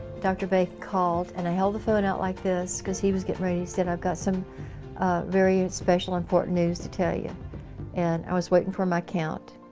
dr. bacon called and i held the phone out like this because he was getting ready said i've got some very special important news to tell you and i was waiting for my count